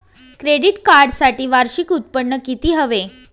Credit कार्डसाठी वार्षिक उत्त्पन्न किती हवे?